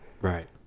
Right